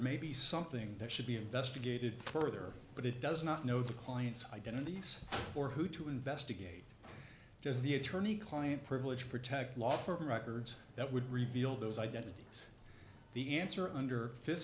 may be something that should be investigated further but it does not know the client's identities or who to investigate as the attorney client privilege protect law firm records that would reveal those identities the answer under